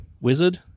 Wizard